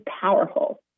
powerful